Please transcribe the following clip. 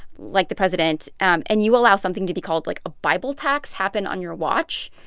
like the president, um and you allow something to be called, like, a bible tax happen on your watch.